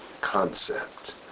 concept